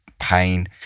pain